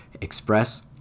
express